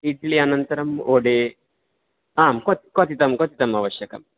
इड्लि अनन्तरम् ओडे आम् क्वथितं क्वथितम् आवश्यकम्